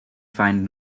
find